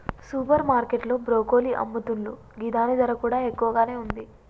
super market లో broccoli అమ్ముతున్లు గిదాని ధర కూడా ఎక్కువగానే ఉంది